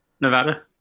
Nevada